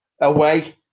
away